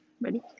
Ready